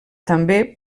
també